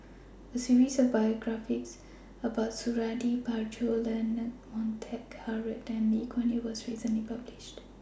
A series of biographies about Suradi Parjo Leonard Montague Harrod and Lee Kuan Yew was recently published